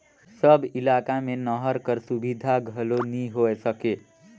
सब इलाका मे नहर कर सुबिधा घलो नी होए सके